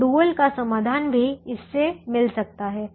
तो डुअल का समाधान भी इस से मिल सकता है